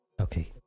Okay